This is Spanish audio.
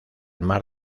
mar